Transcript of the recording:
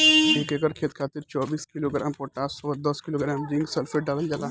एक एकड़ खेत खातिर चौबीस किलोग्राम पोटाश व दस किलोग्राम जिंक सल्फेट डालल जाला?